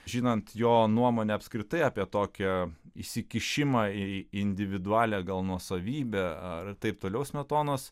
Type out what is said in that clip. žinant jo nuomonę apskritai apie tokią įsikišimą į individualią gal nuosavybę ar taip toliau smetonos